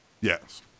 Yes